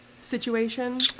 situation